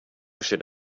should